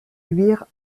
luire